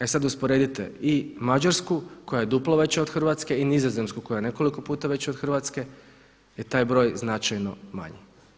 E sad usporedite i Mađarsku koja je duplo veća od Hrvatske i Nizozemsku koja je nekoliko puta veća od Hrvatske je taj broj značajno manji.